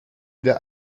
der